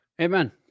amen